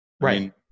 right